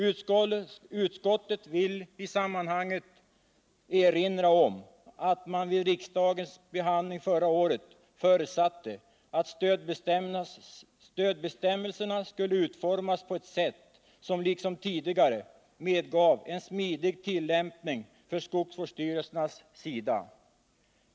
Utskottet vill i sammanhanget erinra om, sägs det, att man vid riksdagsbehandlingen förra året förutsatte, att stödbestämmelserna skulle utformas på ett sätt som liksom tidigare medgav en smidig tillämpning från skogsvårdsstyrelsens sida.